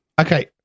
Okay